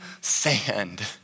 sand